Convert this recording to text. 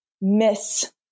miss